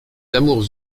amours